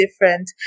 different